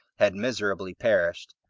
had miserably perished,